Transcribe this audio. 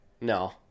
no